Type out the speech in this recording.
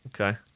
okay